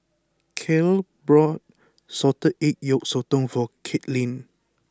Cale brought Salted Egg Yolk Sotong for Katelynn